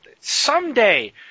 someday